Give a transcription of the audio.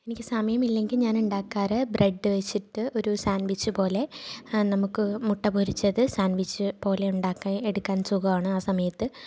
എനിക്ക് സമയമില്ലെങ്കിൽ ഞാന് ഉണ്ടാക്കാറ് ബ്രഡ് വെച്ചിട്ട് ഒരു സാന്ഡ് വിച്ച് പോലെ നമുക്ക് മുട്ട പൊരിച്ചത് സാന്ഡ് വിച്ച് പോലെ ഉണ്ടാക്കി എടുക്കാന് സുഖമാണ് ആ സമയത്ത്